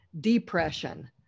depression